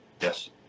Yes